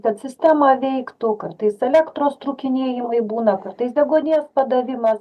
kad sistema veiktų kartais elektros trūkinėjimai būna kartais deguonies padavimas